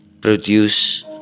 produce